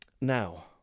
now